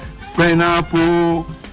pineapple